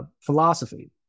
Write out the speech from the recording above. philosophy